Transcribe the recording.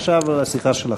ועכשיו לשיחה שלכם,